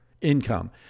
Income